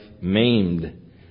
maimed